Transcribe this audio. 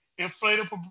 inflatable